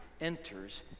enters